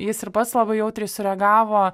jis ir pats labai jautriai sureagavo